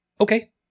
Okay